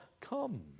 come